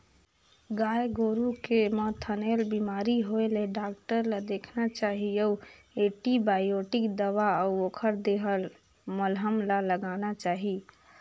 गाय गोरु के म थनैल बेमारी होय ले डॉक्टर ल देखाना चाही अउ एंटीबायोटिक दवा अउ ओखर देहल मलहम ल लगाना चाही